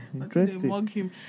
interesting